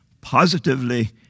Positively